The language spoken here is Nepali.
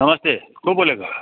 नमस्ते को बोलेको